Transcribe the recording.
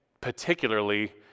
particularly